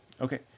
Okay